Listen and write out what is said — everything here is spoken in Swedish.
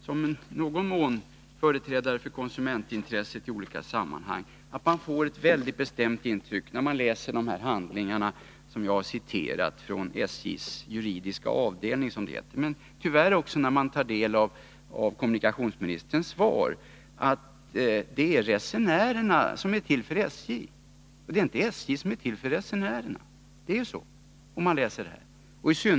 Som i någon mån företrädare för konsumentintresset i olika sammanhang kan jag inte frigöra mig från att man får ett väldigt bestämt intryck, när man läser den citerade handlingen från SJ:s juridiska avdelning men tyvärr också när man läser kommunikationsministerns svar, att det är resenärerna som är till för SJ och inte SJ för resenärerna.